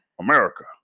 America